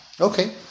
Okay